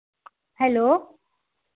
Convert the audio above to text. hello